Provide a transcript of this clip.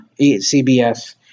CBS